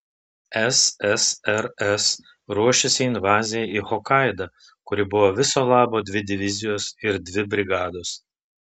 ssrs ruošėsi invazijai į hokaidą kuri buvo viso labo dvi divizijos ir dvi brigados